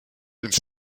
ins